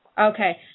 Okay